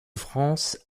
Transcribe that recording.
france